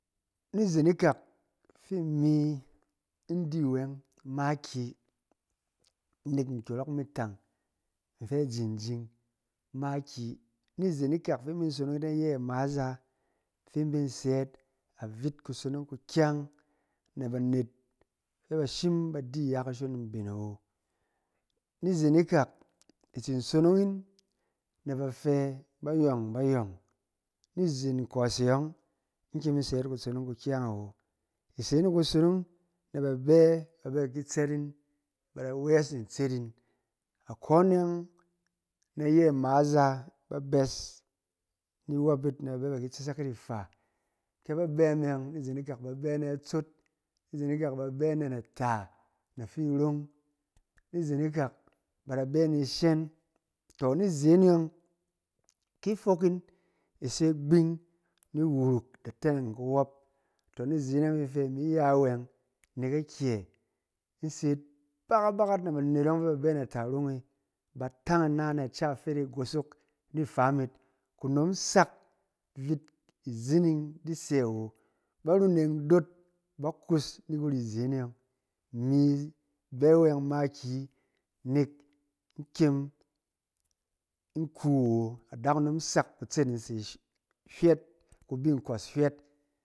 Ni zen ikak fi imi in di wɛng makiyi nɛk nkyɔrɔk mi tang in fɛ jijing makiyi. Ni zen ikak fi in mi sonong yit ayɛ ma za, fin in bin sɛ yit, avit kusonong kukyang na banet fɛ ba shim ba di iya kushon mben awo. Ni zen ikak, i tsin sonong'in, na ba fɛ bayɔng bayɔng, ni zen nkos e yɔng in kyem in sɛ yit kusonong kyang awo. I se yin ni kusonong na ba bɛ ba ki tsɛɛt'in, ba da wɛs ntset yin. Akone yɔng ayɛ ama za, ba bɛs ni wɔp yit ba bɛ ba ki tsɛsɛk yit ifà. Ke ba bɛ me yɔng, ni zen ikak ba bɛ na atsót, ni zen ikak ba bɛ na na tá na fin nrong. Ni zen ikak ba bɛ ni shɛng, tɔ! Ni zen e yɔng ki i fok yin i se gbang ni wuruk da teneng kuwɔp. Tɔ! Ni zen e yɔng fɛ imi da fɛ in ya wɛng, nɛk akyɛ in se yit bakat bakat na banet yɔng fɛ ba bɛ na tá irong e, ba tang ina na aca afet e gosok ni fam yit, kunom sak vit izining di sɛ wo. Baruneng doot ba kus na kiri zen e yɔng. Imi bɛ wɛng makiyi, nɛk in kyem- in ku awo, adakunom sak akutset'in se- hywɛt, ku bi nkos hywɛt.